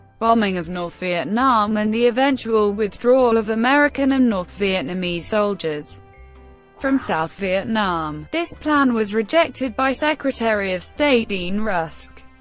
bombing of north vietnam, and the eventual withdrawal of american and north vietnamese soldiers from south vietnam this plan was rejected by secretary of state dean rusk,